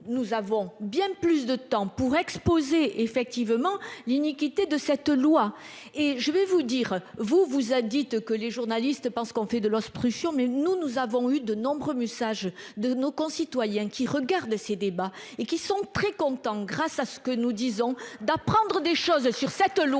nous avons bien plus de temps pour exposer effectivement l'iniquité de cette loi et je vais vous dire, vous vous a dit que les journalistes pensent qu'on fait de l'obstruction mais nous, nous avons eu de nombreux sage de nos concitoyens qui regardent ces débats et qui sont très contents. Grâce à ce que nous disons d'apprendre des choses sur cette loi